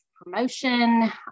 promotion